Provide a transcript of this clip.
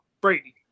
Brady